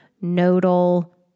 nodal